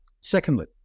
Secondly